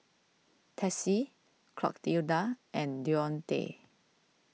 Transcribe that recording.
Tessie Clotilda and Deontae